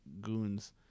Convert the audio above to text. goons